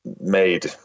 Made